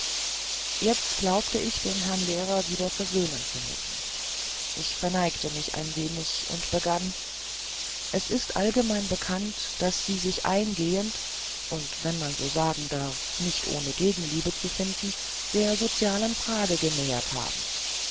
jetzt glaubte ich den herrn lehrer wieder versöhnen zu müssen ich verneigte mich ein wenig und begann es ist allgemein bekannt daß sie sich eingehend und wenn man so sagen darf nicht ohne gegenliebe zu finden der sozialen frage genähert haben